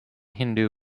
hindu